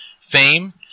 fame